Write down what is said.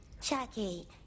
Chucky